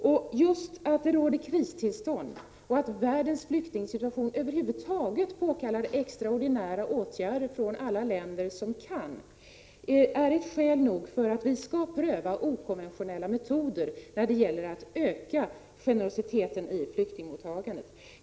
Just det faktum att det råder kristillstånd och att världens flyktingsituation över huvud taget påkallar extraordinära åtgärder från alla de länder som kan hjälpa till är skäl nog för att vi skall pröva okonventionella metoder när det gäller att öka generositeten i flyktingmottagandet.